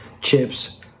chips